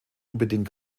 unbedingt